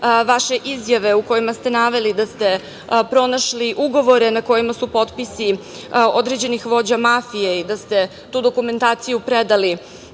vaše izjave u kojima ste naveli da ste pronašli ugovore na kojima su potpisi određenih vođa mafije i da ste tu dokumentaciju predali